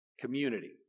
Community